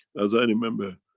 as i remember